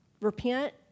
repent